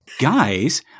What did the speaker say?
Guys